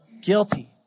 guilty